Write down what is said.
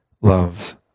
loves